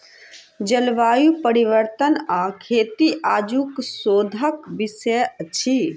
जलवायु परिवर्तन आ खेती आजुक शोधक विषय अछि